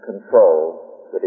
control